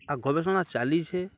ଆଉ ଗବେଷଣା ଚାଲିଛେ